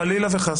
חלילה וחס.